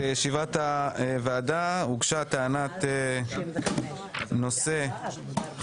אני פותח את ישיבת הוועדה, בנושא טענת נושא חדש